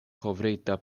kovrita